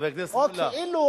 או שאנחנו,